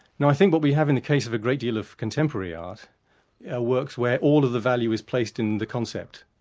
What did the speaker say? now i think what we have in the case of a great deal of contemporary art are works where all of the value is placed in the concept.